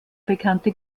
bekannte